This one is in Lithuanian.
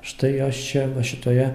štai jos čia va šitoje